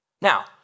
Now